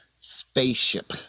spaceship